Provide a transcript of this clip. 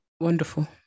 wonderful